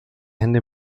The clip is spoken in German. hände